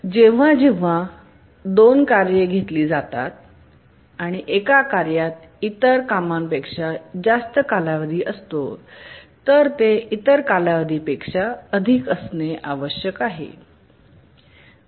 जेव्हा जेव्हा दोन कार्ये घेतली जातात आणि एका कार्यात इतर कामांपेक्षा जास्त कालावधी असतो तर ते इतर कालावधी पेक्षा अधिक असणे आवश्यक आहे